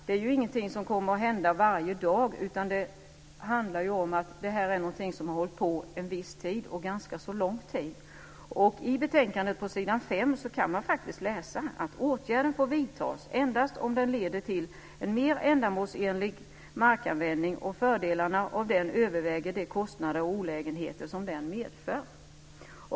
Det är ju inte aktuellt varje dag, utan det handlar om någonting som håller på under ganska så lång tid. På s. 5 i betänkandet kan man läsa: "Åtgärden får vidtas endast om den leder till en mer ändamålsenlig markanvändning och fördelarna av den överväger de kostnader och olägenheter som den medför.